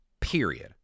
period